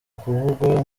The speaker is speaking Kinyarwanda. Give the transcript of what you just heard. kuvugwa